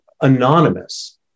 anonymous